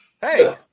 Hey